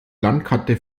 landkarte